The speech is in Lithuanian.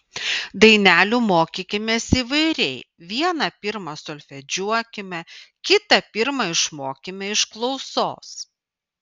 dainelių mokykimės įvairiai vieną pirma solfedžiuokime kitą pirma išmokime iš klausos